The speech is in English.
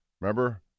Remember